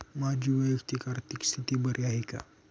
माझी वैयक्तिक आर्थिक स्थिती बरी आहे का?